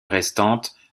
restantes